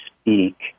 speak